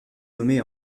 nommée